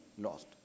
lost